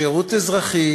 שירות אזרחי